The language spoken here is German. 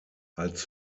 als